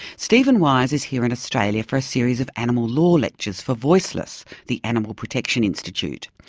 steven wise is here in australia for a series of animal law lectures for voiceless, the animal protection institute.